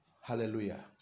Hallelujah